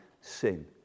sin